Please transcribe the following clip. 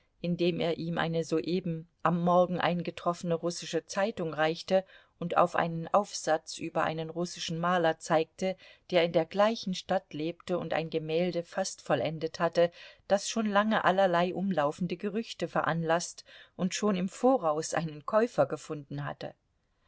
indem er ihm eine soeben am morgen eingetroffene russische zeitung reichte und auf einen aufsatz über einen russischen maler zeigte der in der gleichen stadt lebte und ein gemälde fast vollendet hatte das schon lange allerlei umlaufende gerüchte veranlaßt und schon im voraus einen käufer gefunden hatte